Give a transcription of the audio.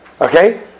Okay